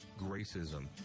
Gracism